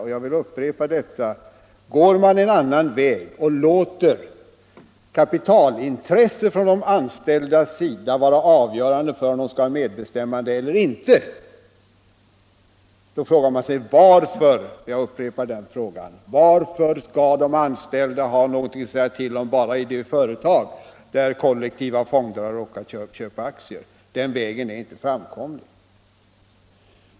Och jag vill upprepa att går man en annan väg och låter kapitalintresset hos de anställda få vara avgörande för om de skall ha medbestämmanderätt eller inte, måste vi fråga: Varför skall de anställda ha någonting att säga till om bara i det företag där kollektiva fonder har råkat köpa aktier? Den vägen är inte framkomlig.